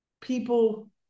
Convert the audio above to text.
people